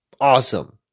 awesome